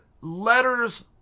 letters